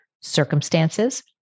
Circumstances